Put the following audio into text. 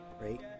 right